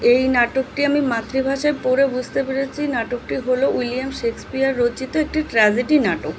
এই নাটকটি আমি মাতৃভাষায় পড়ে বুসতে পেরেছি নাটকটি হলো উইলিয়াম শেক্সপিয়ার রচিত একটি ট্র্যাজেডি নাটক